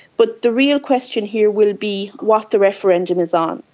but the real question here will be what the referendum is on.